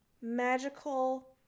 magical